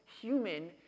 human